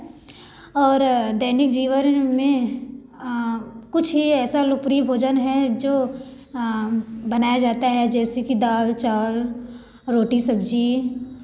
और दैनिक जीवन में कुछ ही ऐसा लोकप्रिय भोजन है जो बनाया जाता है जैसे कि दाल चावल रोटी सब्ज़ी